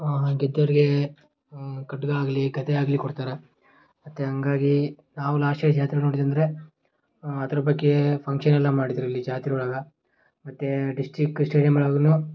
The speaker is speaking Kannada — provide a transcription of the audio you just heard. ಗೆದ್ದವರಿಗೆ ಕಡಗ ಆಗಲೀ ಗದೆ ಆಗಲೀ ಕೊಡ್ತಾರೆ ಮತ್ತು ಹಾಗಾಗಿ ನಾವು ಲಾಸ್ಟಾಗಿ ಜಾತ್ರೆ ನೋಡಿದ್ದಂದರೆ ಅದರ ಬಗ್ಗೆ ಫಂಕ್ಷನೆಲ್ಲ ಮಾಡಿದ್ದರು ಇಲ್ಲಿ ಜಾತ್ರೆ ಒಳಗೆ ಮತ್ತು ಡಿಸ್ಟ್ರಿಕ್ ಸ್ಟೇಡಿಯಮ್ ಒಳಗೂನೂ